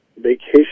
Vacation